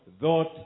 thought